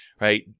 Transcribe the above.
right